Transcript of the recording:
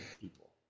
people